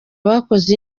bakoze